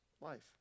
life